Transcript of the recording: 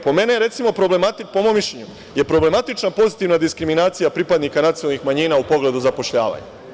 Po mom mišljenju je problematična pozitivna diskriminacija pripadnika nacionalnih manjina u pogledu zapošljavanja.